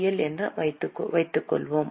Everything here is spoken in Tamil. எல் என வகைப்படுத்துவோம்